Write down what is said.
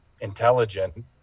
intelligent –